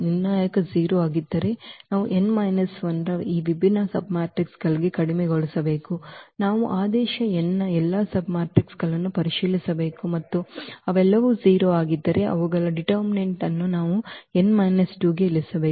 ನಿರ್ಣಾಯಕ 0 ಆಗಿದ್ದರೆ ನಾವು n 1 ರ ಈ ವಿಭಿನ್ನ ಸಬ್ಮ್ಯಾಟ್ರಿಕ್ಗಳಿಗೆ ಕಡಿಮೆಗೊಳಿಸಬೇಕು ನಾವು ಆದೇಶ n ನ ಎಲ್ಲಾ ಸಬ್ಮ್ಯಾಟ್ರಿಕ್ಗಳನ್ನು ಪರಿಶೀಲಿಸಬೇಕು ಮತ್ತು ಅವೆಲ್ಲವೂ 0 ಆಗಿದ್ದರೆ ಅವುಗಳ ನಾವು n 2 ಗೆ ಇಳಿಸಬೇಕು ಹೀಗೆ